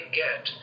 get